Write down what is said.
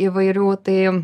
įvairių tai